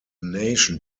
nation